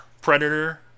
Predator